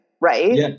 right